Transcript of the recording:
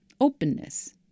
openness